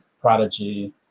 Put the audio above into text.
Prodigy